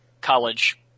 college